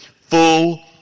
full